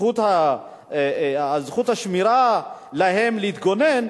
שמורה להם הזכות להתגונן,